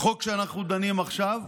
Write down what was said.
החוק שאנחנו דנים בו עכשיו,